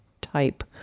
type